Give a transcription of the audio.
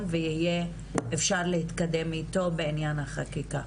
ויהיה אפשר להתקדם איתו בעניין החקיקה?